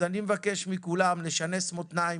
מבקש מכולם לשנס מותניים.